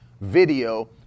video